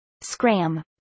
Scram